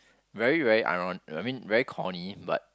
very very iron~ I mean very corny but